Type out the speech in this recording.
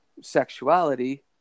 sexuality